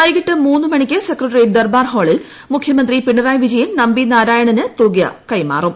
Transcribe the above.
വൈകിട്ട് മൂന്ന് മണിക്ക് സെക്രട്ടറിയറ്റ് ദർബാർ ഹാളിൽ മുഖൃ മന്ത്രി പിണറായി വിജയൻ നമ്പിനാരായണന് തുക കൈമാറും